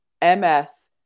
MS